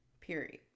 period